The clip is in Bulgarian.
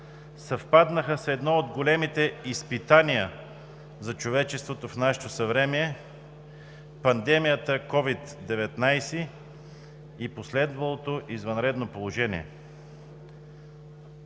съвпаднаха с едно от големите изпитания за човечеството в нашето съвремие – пандемията COVID-19, и последвалото извънредно положение.